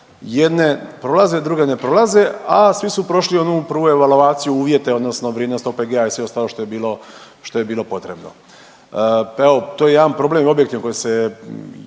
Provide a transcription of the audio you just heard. jedne prolaze, a druge ne prolaze, a svi su prošli onu prvu evaluaciju uvjete odnosno vrijednost OPG-a i sve ostalo što je bilo, što je bilo potrebno, pa evo to je jedan problem objektivno koji se